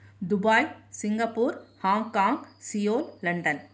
Dubai Singapore Hong Kong Seoul London